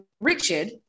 Richard